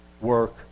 work